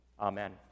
Amen